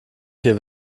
vier